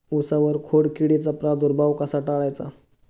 उसावर खोडकिडीचा प्रादुर्भाव कसा टाळायचा?